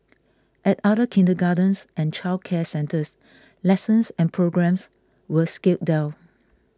at other kindergartens and childcare centres lessons and programmes were scaled down